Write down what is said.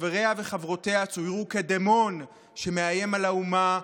שחבריה וחברותיה צוירו כדמון שמאיים על האומה,